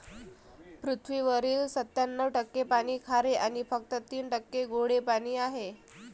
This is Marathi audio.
पृथ्वीवरील सत्त्याण्णव टक्के पाणी खारे आणि फक्त तीन टक्के गोडे पाणी आहे